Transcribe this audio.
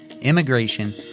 immigration